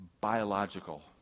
biological